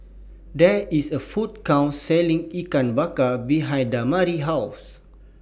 There IS A Food Court Selling Ikan Bakar behind Damari's House